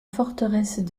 forteresses